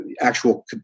actual